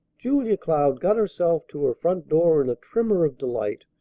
julia cloud got herself to her front door in a tremor of delight,